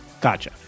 Gotcha